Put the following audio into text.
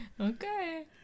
Okay